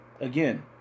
again